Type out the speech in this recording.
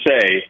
say